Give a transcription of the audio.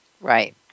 Right